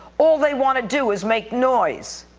all they want to do is make noise.